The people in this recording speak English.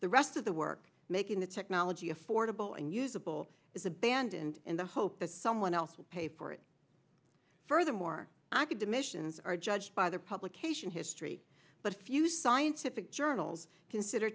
the rest of the work making the technology affordable and usable is abandoned in the hope that someone else will pay for it furthermore i could the missions are judged by their publication history but few scientific journals consider